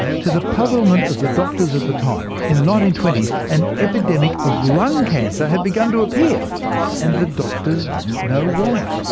to the puzzlement of the doctors at the time, in the nineteen twenty s, an epidemic of lung cancer had begun to appear and the doctors didn't know why.